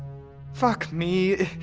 fuck me.